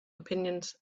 opinions